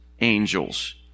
angels